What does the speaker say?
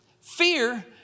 Fear